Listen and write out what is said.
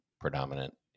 predominant